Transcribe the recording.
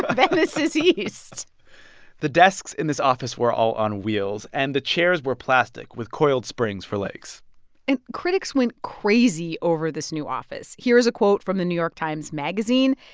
venice is east the desks in this office were all on wheels, and the chairs were plastic with coiled springs for legs and critics went crazy over this new office. here's a quote from the new york times magazine.